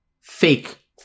fake